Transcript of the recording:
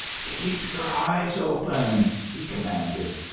keep your eyes open! he commanded.